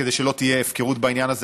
כדי שלא תהיה הפקרות בעניין הזה.